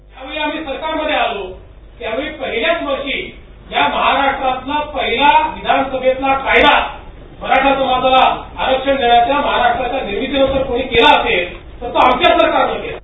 ज्यावेळी आम्ही सरकारमध्ये आलो त्यावेळी पहिल्याच वर्षी महाराष्ट्रातील पहिला विधान सभेतील कायदा मराठा समाजाला आरक्षण देण्याचा महाराष्ट्राच्या निर्मितीनंतर कोणी केला असेल तर तो आमच्या सरकारने केला